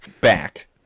back